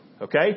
Okay